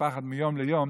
שמתנפחת מיום ליום,